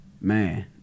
man